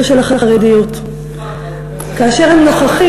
הישן, ומעל הכול ללימוד התורה.